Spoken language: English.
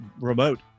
remote